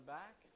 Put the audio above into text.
back